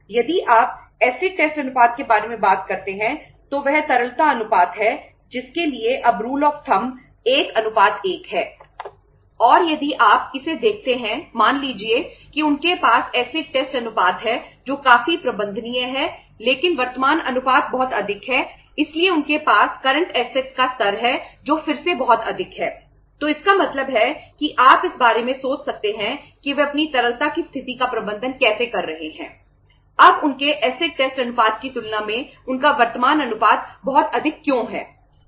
और यदि आप इसे देखते हैं मान लीजिए कि उनके पास एसिड टेस्ट अनुपात की तुलना में उनका वर्तमान अनुपात बहुत अधिक क्यों है